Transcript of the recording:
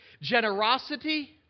Generosity